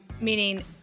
meaning